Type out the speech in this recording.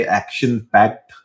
action-packed